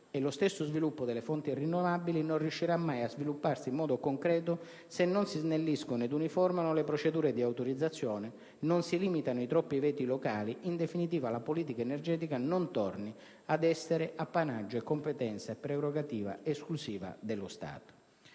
Le stesse fonti rinnovabili non riusciranno mai a svilupparsi in modo concreto se non si snelliscono ed uniformano le procedure di autorizzazione, non si limitano i troppi veti locali, in definitiva la politica energetica non torna ad essere appannaggio, competenza e prerogativa esclusive dello Stato.